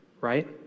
right